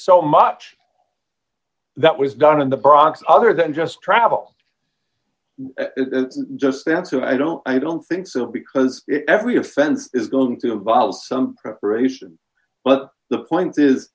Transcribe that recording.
so much that was done in the bronx other than just travel it's just absolute i don't i don't think so because every offense is going to involve some preparation well the point is